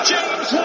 James